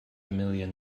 million